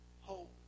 hope